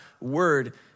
word